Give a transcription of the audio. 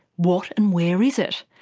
what and where is it?